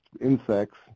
insects